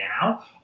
now